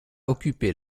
occupé